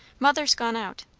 mother's gone out.